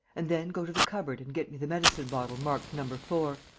and then go to the cupboard and get me the medicine-bottle marked number four,